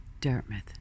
Dartmouth